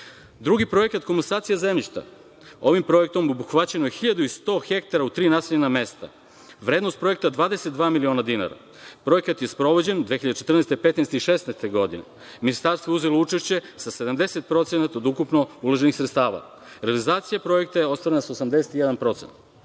projekat komosacija zemljišta, ovim projektom obuhvaćeno je 1100 hektara u tri naseljena mesta. Vrednost projekta 22 miliona dinara. Projekat je sprovođen 2014, 2015. i 2016. godine. Ministarstvo je uzelo učešće sa 70% od ukupno uloženih sredstava. Realizacija projekta ostvarena je sa 81%.